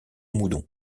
moudon